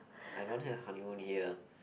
I don't have honeymoon here